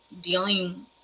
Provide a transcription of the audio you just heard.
dealing